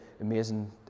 amazing